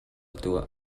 tuah